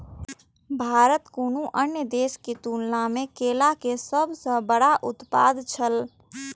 भारत कुनू अन्य देश के तुलना में केला के सब सॉ बड़ा उत्पादक छला